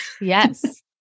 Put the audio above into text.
Yes